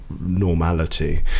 normality